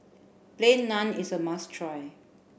plain naan is a must try